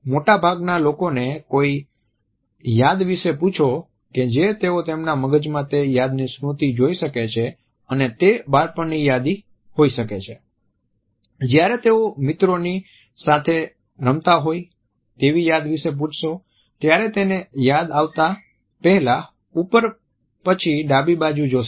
મોટાભાગના લોકોને કોઈ યાદ વિશે પૂછો કે જે તેઓ તેમના મગજમાં તે યાદ ની સ્મૃતિ જોઈ શકે છે અને તે બાળપણની યાદ હોઈ શકે છે જ્યારે તેઓ મિત્રોની સાથે રમતા હોઈ તેવી યાદ વિશે પૂછશો ત્યારે તેને યાદ આવતા પહેલા ઉપર પછી ડાબી બાજુ જોશે